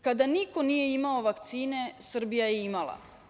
Kada niko nije imao vakcine, Srbija je imala.